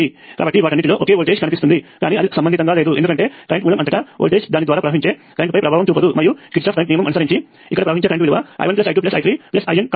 కాబట్టి వాటన్నిటిలో ఒకే వోల్టేజ్ కనిపిస్తుంది కానీ అది సంబంధితంగా లేదు ఎందుకంటే కరెంట్ మూలం అంతటా వోల్టేజ్ దాని ద్వారా ప్రవహించే కరెంట్ పై ప్రభావం చూపదు మరియు కిర్చాఫ్ కరెంట్ నియమము అనుసరించి ఇక్కడ ప్రవహించే కరెంట్ విలువ I1 I2 I3 IN